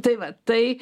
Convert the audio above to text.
tai va tai